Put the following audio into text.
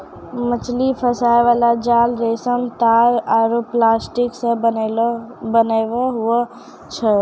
मछली फसाय बाला जाल रेशम, तात आरु प्लास्टिक से बनैलो हुवै छै